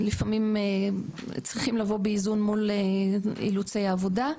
שלפעמים צריכים לבוא באיזון מול אילוצי העבודה,